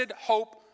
hope